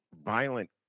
violent